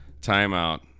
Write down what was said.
Timeout